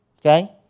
Okay